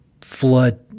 flood